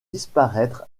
disparaître